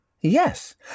Yes